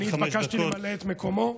אני התבקשתי למלא את מקומו.